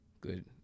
Good